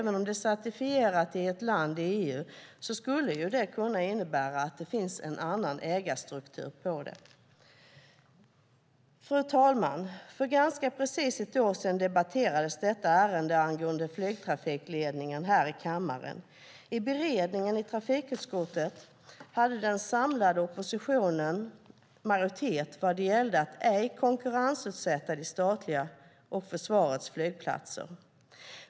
En certifiering i ett land i EU skulle kunna innebära en annan ägarstruktur. Fru talman! För ganska precis ett år sedan debatterades ärendet angående flygtrafikledningen här i kammaren. I beredningen i trafikutskottet hade den samlade oppositionen majoritet vad gällde att ej konkurrensutsätta de statliga flygplatserna och försvarets flygplatser.